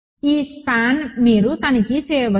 ఈ స్పాన్ మీరు తనిఖీ చేయవచ్చు